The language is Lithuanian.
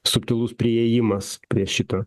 subtilus priėjimas prie šito